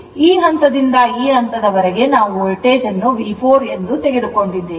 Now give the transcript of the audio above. ಮತ್ತು ಈ ಹಂತದಿಂದ ಈ ಹಂತದವರೆಗೆ ನಾವು ಅದನ್ನು V4 ಎಂದು ತೆಗೆದುಕೊಂಡಿದ್ದೇವೆ